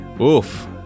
Oof